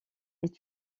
est